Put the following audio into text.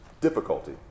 difficulty